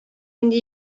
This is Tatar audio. инде